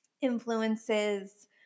influences